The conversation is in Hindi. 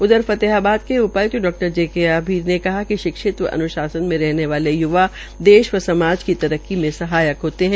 उधर फतेहाबद के उपाय्क्त डा जे के आभीर ने कहा कि शिक्षित व अन्शासन में रहने वाले य्वा देश व समाज की तरक्की में सहायक होते है